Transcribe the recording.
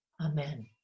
Amen